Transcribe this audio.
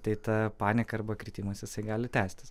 tai ta panika arba kritimas jisai gali tęstis